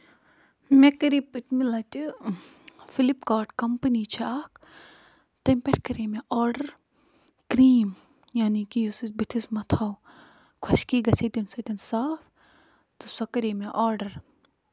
مےٚ کٔرو پٔتۍمہِ لَٹہِ فِلِپ کارٹ کَمپٔنۍ چھِ اکھ تَمہِ پٮ۪ٹھ کَریے مےٚ آرڈر کرٛیٖم یانے کہِ یُس أسۍ بٔتھِس مَتھو خۄشکی گژھِ ہے تَمہِ سۭتٮ۪ن صاف تہٕ سۄ کَریے مےٚ آرڈر